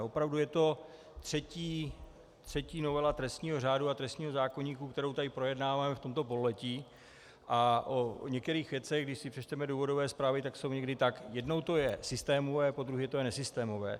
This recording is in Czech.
Opravdu je to třetí novela trestního řádu a trestního zákoníku, kterou tady projednáváme v tomto pololetí, a o některých věcech, když si přečteme důvodové zprávy, tak jsou někdy tak jednou to je systémové, podruhé to je nesystémové.